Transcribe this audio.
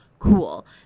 cool